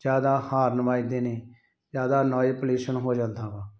ਜ਼ਿਆਦਾ ਹਾਰਨ ਵੱਜਦੇ ਨੇ ਜ਼ਿਆਦਾ ਨੋਇਸ ਪਲਿਊਸ਼ਨ ਹੋ ਜਾਂਦਾ ਵਾ